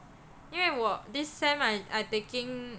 因为我 this sem I I taking